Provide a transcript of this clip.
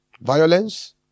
violence